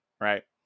Right